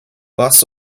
bus